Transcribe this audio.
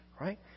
Right